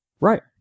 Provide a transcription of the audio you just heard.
Right